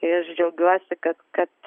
ir aš džiaugiuosi kad kad